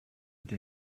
date